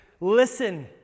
Listen